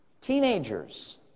teenagers